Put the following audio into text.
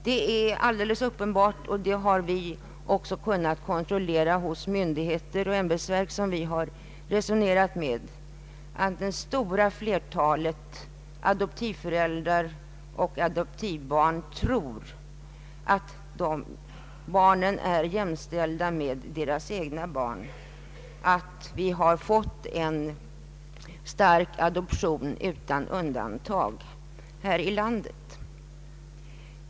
Det är alldeles uppenbart, och det har vi också kunnat kontrollera hos myndigheter och ämbetsverk som vi resonerat med, att det stora flertalet adoptivföräldrar och adoptivbarn tror att adoptivbarnen är jämställda med egna barn och att vi alltså utan undantag har fått en stark adoption här i landet.